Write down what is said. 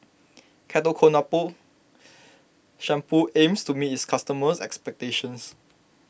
Ketoconazole Shampoo aims to meet its customers' expectations